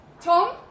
Tom